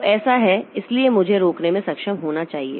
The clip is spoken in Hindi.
तो ऐसा है इसलिए मुझे रोकने में सक्षम होना चाहिए